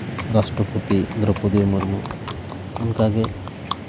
ᱨᱟᱥᱴᱨᱚᱯᱚᱛᱤ ᱫᱨᱚᱣᱯᱚᱫᱤ ᱢᱩᱨᱢᱩ ᱚᱱᱠᱟᱜᱮ